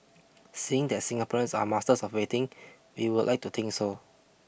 seeing that Singaporeans are masters of waiting we would like to think so